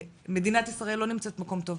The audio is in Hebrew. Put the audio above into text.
מדינת ישראל לא נמצאת במקום טוב,